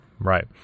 Right